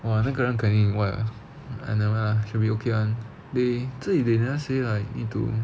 !wah! 那个人肯定 where I never should be okay [one] they 自己 they didn't say like need to